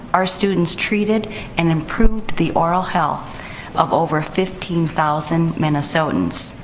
our students treated and improved the oral health of over fifteen thousand minnesotans,